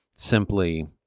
Simply